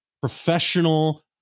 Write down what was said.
Professional